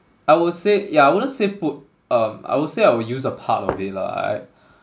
I would say yeah I wouldn't say put um I would say I will use a part of it lah I